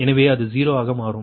எனவே அது 0 ஆக மாறும்